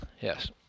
yes